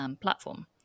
platform